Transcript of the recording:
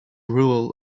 rural